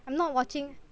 I'm not watching